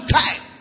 time